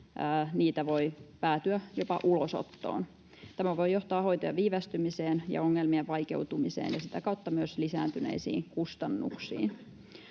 niitä voi päätyä jopa ulosottoon. Tämä voi johtaa hoitojen viivästymiseen ja ongelmien vaikeutumiseen ja sitä kautta myös lisääntyneisiin kustannuksiin.